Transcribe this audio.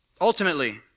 Ultimately